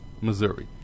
Missouri